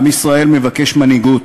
עם ישראל מבקש מנהיגות,